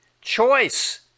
Choice